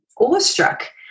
awestruck